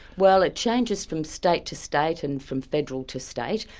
well it changes from state to state, and from federal to state.